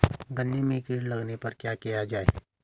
गन्ने में कीट लगने पर क्या किया जाये?